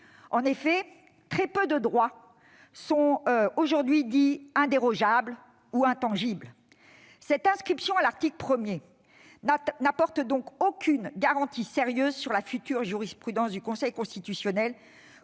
En effet, très peu de droits sont aujourd'hui dits « indérogeables » ou intangibles. L'inscription à l'article 1 qui nous est proposée n'apporte donc aucune garantie sérieuse sur la future jurisprudence du Conseil constitutionnel,